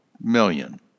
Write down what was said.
million